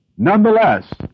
Nonetheless